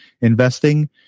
investing